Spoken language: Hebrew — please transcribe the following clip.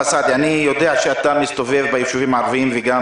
יודע שאתה מסתובב ביישובים הערבים וגם